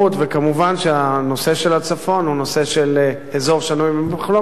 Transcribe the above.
וכמובן שהנושא של הצפון הוא נושא של אזור שנוי במחלוקת,